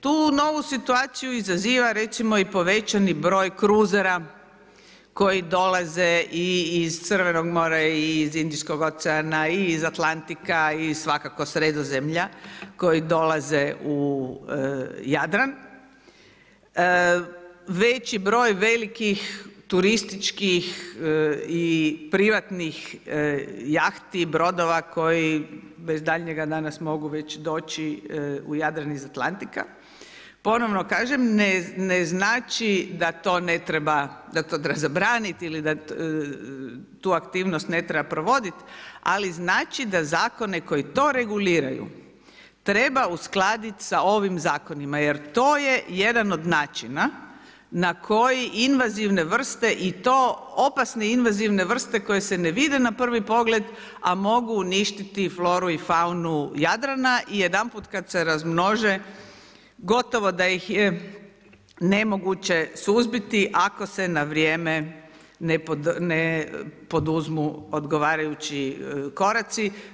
Tu novu situaciju izaziva recimo i povećani broj kruzera koji dolaze i iz Crvenog mora i iz Indijskog oceana i iz Atlantika i svakako Sredozemlja koji dolaze u Jadran, veći je broj velikih turističkih i privatnih jahti, brodova koji bez daljnjega danas već mogu doći u Jadran iz Atlantika, ponovno ne znači da to treba zabraniti ili da tu aktivnost ne treba provoditi, ali znači da zakone koji to reguliraju treba uskladiti sa ovim zakonima jer to je jedan od načina na koji invazivne vrste i to opasne invazivne vrste koje se ne vide na prvi pogled, a mogu uništiti floru i faunu Jadrana i jedanput kada se razmnože gotovo da ih je nemoguće suzbiti ako se na vrijeme ne poduzmu odgovarajući koraci.